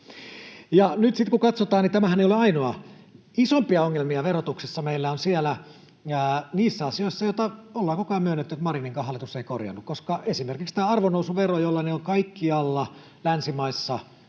nyt sitten kun katsotaan, niin tämähän ei ole ainoa. Meillä on isompia ongelmia verotuksessa niissä asioissa, joista ollaan koko ajan myönnetty, että Marininkaan hallitus ei korjannut, koska esimerkiksi tämän arvonnousuveron, jollainen on kaikkialla länsimaissa